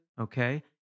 Okay